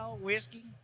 whiskey